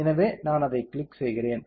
எனவே நான் அதை கிளிக் செய்கிறேன்